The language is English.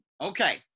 Okay